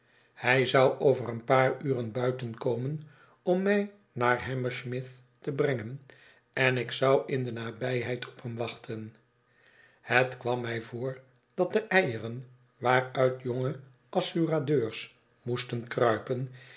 hij zou over een paar uren buiten komen om mij naar hammersmith te brengen en ik zou in de nabijheid op hem wachten het kwam mij voor dat de eieren waaruit jonge assuradeurs moesten kruipen